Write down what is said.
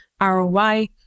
ROI